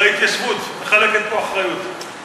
זו ההתיישבות מחלקת פה אחריות,